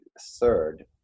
third